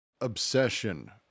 obsession